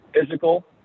physical